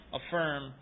affirm